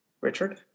Richard